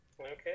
Okay